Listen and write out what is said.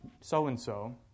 so-and-so